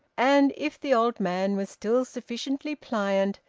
and, if the old man was still sufficiently pliant,